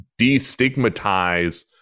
destigmatize